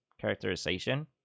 characterization